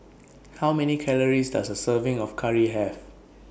How Many Calories Does A Serving of Curry Have